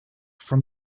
from